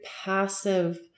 passive